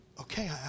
Okay